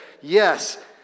yes